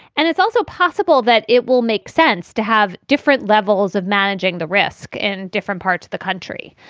and it's also possible that it will make sense to have different levels of managing the risk in different parts of the country.